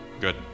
Good